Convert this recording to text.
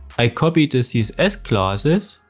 i copy the css classes.